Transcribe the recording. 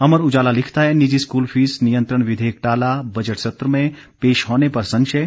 अमर उजाला लिखता है निजी स्कूल फीस नियंत्रण विधेयक टाला बजट सत्र में पेश होने पर संशय